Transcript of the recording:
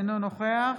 אינו נוכח